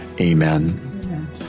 Amen